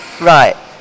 Right